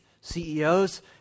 CEOs